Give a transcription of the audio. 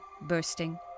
bursting